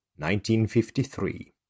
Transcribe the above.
1953